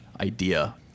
idea